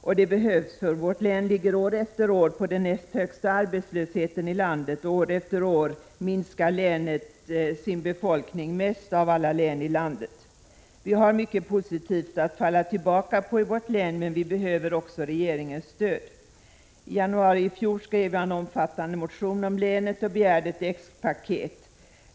Detta behövs, för vårt län har år efter år den näst högsta arbetslösheten i landet, och år efter år minskar länet sin befolkning mest av alla län i landet. Vi har mycket positivt att falla tillbaka på i vårt län, men vi behöver också regeringens stöd. I januari i fjol skrev jag en omfattande motion om länet och begärde ett X-paket.